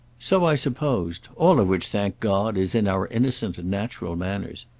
so i supposed all of which, thank god, is in our innocent and natural manners.